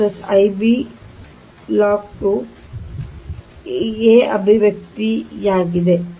ಆದ್ದರಿಂದ ನಮ್ಮ ಅಭಿವ್ಯಕ್ತಿ ಇದೆ ಇದು a ಗೆ ಅಭಿವ್ಯಕ್ತಿಯಾಗಿದೆ